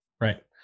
Right